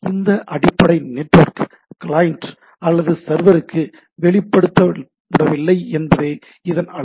இந்த அடிப்படை network client அல்லது சர்வருக்கு வெளிப்படுத்தப்படவில்லை என்பதே இதன் அழகு